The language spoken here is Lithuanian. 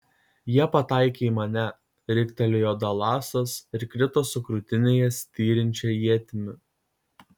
jie pataikė į mane riktelėjo dalasas ir krito su krūtinėje styrinčia ietimi